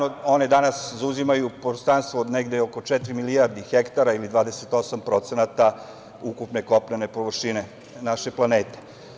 One danas zauzimaju prostranstvo negde oko četiri milijarde hektara ili 28% ukupne kopnene površine naše planete.